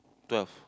twelve